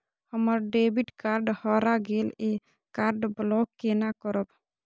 हमर debit card हरा गेल ये कार्ड ब्लॉक केना करब?